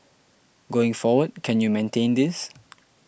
going forward can you maintain this